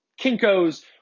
Kinko's